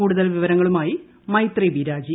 കൂടുതൽ വിവരങ്ങളുമായി മൈത്രി ബി രാജി